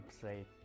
say